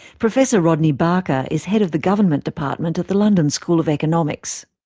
professor rodney barker is head of the government department at the london school of economics.